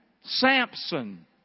Samson